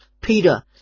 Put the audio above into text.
Peter